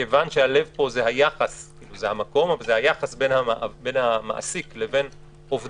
כיוון שהלב פה זה היחס זה המקום אבל זה היחס בין המעסיק לבין עובדיו.